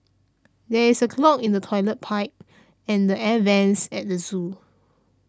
there is a clog in the Toilet Pipe and the Air Vents at the zoo